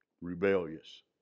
Rebellious